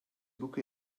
book